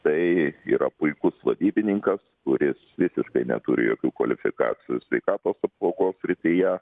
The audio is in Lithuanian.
tai yra puikus vadybininkas kuris visiškai neturi jokių kvalifikacijų sveikatos apsaugos srityje